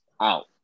out